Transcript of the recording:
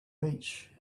beach